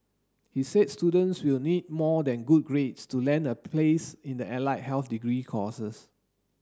he said students will need more than good grades to land a place in the allied health degree courses